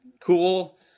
cool